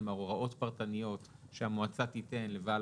כלומר הוראות פרטניות שהמועצה תיתן לבעל